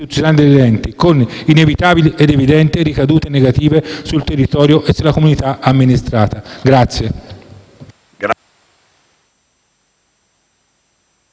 degli enti, con inevitabili ed evidenti ricadute negative sul territorio e sulla comunità amministrata.